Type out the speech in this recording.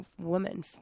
woman